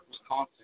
Wisconsin